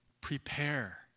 prepare